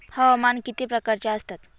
हवामान किती प्रकारचे असतात?